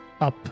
up